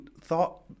thought